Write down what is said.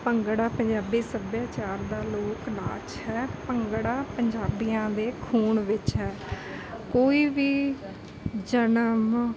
ਭੰਗੜਾ ਪੰਜਾਬੀ ਸੱਭਿਆਚਾਰ ਦਾ ਲੋਕ ਨਾਚ ਹੈ ਭੰਗੜਾ ਪੰਜਾਬੀਆਂ ਦੇ ਖੂਨ ਵਿੱਚ ਹੈ ਕੋਈ ਵੀ ਜਨਮ